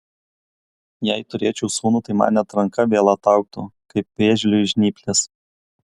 jei turėčiau sūnų tai man net ranka vėl ataugtų kaip vėžliui žnyplės